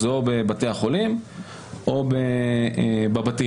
בבתי החולים או בבית.